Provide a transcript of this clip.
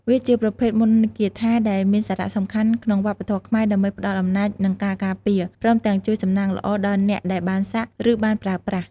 វាជាប្រភេទមន្តគាថា ដែលមានសារៈសំខាន់ក្នុងវប្បធម៌ខ្មែរ ដើម្បីផ្ដល់អំណាច និងការការពារ ព្រមទាំងជួយសំណាងល្អដល់អ្នកដែលបានសាក់ ឬបានប្រើប្រាស់។